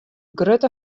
grutte